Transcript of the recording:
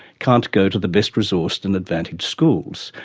can't go to the best-resourced and advantaged schools,